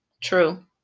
True